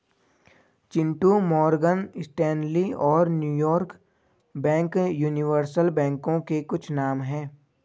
Chintu Morgan Stanley और New York bank universal बैंकों के कुछ नाम है